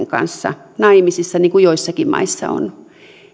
kanssa naimisissa niin kuin joissakin maissa on